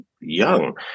young